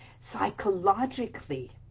psychologically